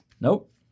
nope